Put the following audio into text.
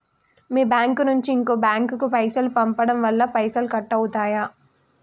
మీ bank నుంచి ఇంకో bank కు పైసలు పంపడం వల్ల పైసలు కట్ అవుతయా?